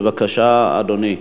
בבקשה, אדוני.